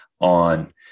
on